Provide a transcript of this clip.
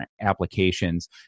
applications